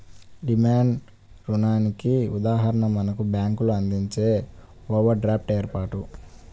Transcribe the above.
demand రుణానికి ఉదాహరణ మనకు బ్యేంకులు అందించే ఓవర్ డ్రాఫ్ట్ ఏర్పాటు